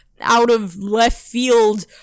out-of-left-field